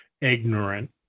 ignorant